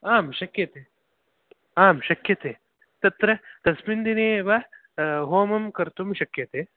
आं शक्यते आं शक्यते तत्र तस्मिन् दिने एव होमं कर्तुं शक्यते